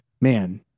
man